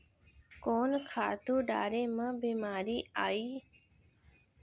कोन खातू डारे म बेमारी नई आये, अऊ कोन खातू म बेमारी आथे अऊ बेमारी रोके बर देसी दवा का हे?